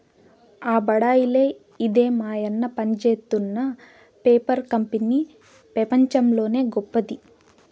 ఆ బడాయిలే ఇదే మాయన్న పనిజేత్తున్న పేపర్ కంపెనీ పెపంచంలోనే గొప్పది